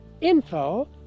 info